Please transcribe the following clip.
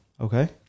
Okay